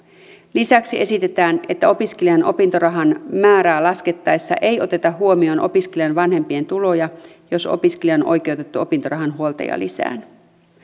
lisäksi esitetään että opiskelijan opintorahan määrää laskettaessa ei oteta huomioon opiskelijan vanhempien tuloja jos opiskelija on on oikeutettu opintorahan huoltajalisään